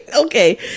Okay